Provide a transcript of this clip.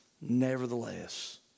Nevertheless